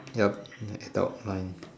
yup next up mine